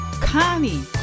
Connie